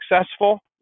successful